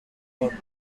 york